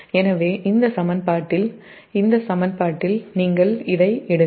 எனவே இந்த சமன்பாட்டில் நீங்கள் இதை இடுங்கள்